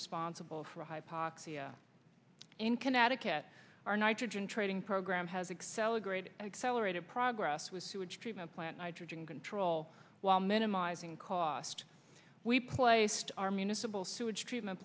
responsible for hypoxia in connecticut our nitrogen training program has accelerated accelerated progress with sewage treatment plant nitrogen control while minimizing cost we placed our municipal sewage treatment